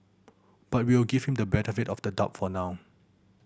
but we'll give him the benefit of the doubt for now